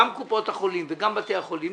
גם קופות החולים וגם בתי החולים,